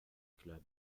club